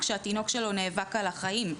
כשהתינוק שלו נאבק על החיים,